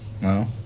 No